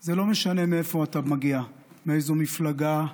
זה לא משנה מאיפה אתה מגיע, מאיזו מפלגה,